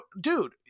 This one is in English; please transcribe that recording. dude